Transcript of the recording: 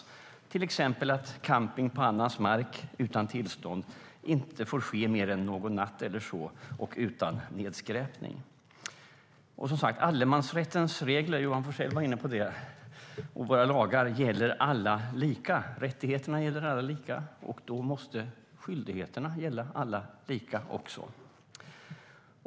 Det gäller till exempel att camping på annans mark utan tillstånd inte får ske under mer än någon natt eller så, och utan nedskräpning. Som Johan Forssell var inne på gäller allemansrättens regler och lagar alla lika. Rättigheterna gäller alla lika, och då måste också skyldigheterna gälla alla lika.